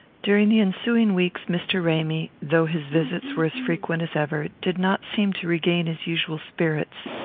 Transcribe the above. during the ensuing weeks mr. ramy, though his visits were as frequent as ever, did not seem to regain his usual spirits.